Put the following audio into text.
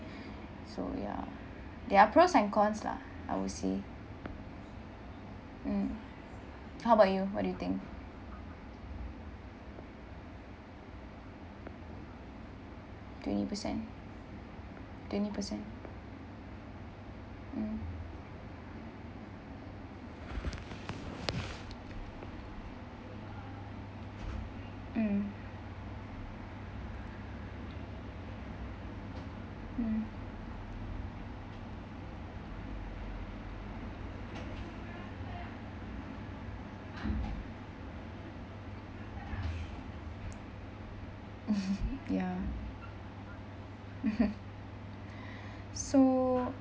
so ya there are pros and cons lah I would say mm how about you what do you think twenty percent twenty percent mm mm mm ya so